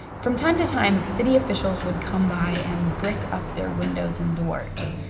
from time to time, city officials would come by and brick up their windows and doors,